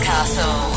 Castle